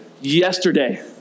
yesterday